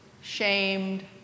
shamed